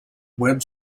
web